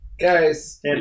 Guys